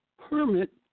hermit